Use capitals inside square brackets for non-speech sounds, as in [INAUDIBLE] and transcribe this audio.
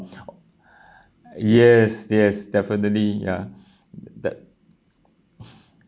[BREATH] yes yes definitely ya that [LAUGHS]